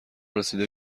رسیده